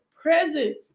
present